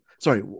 Sorry